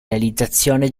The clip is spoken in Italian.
realizzazione